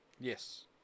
Yes